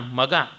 maga